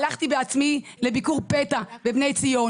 הלכתי בעצמי לביקור פתע בבני ציון